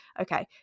okay